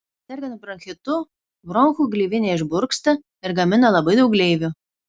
sergant bronchitu bronchų gleivinė išburksta ir gamina labai daug gleivių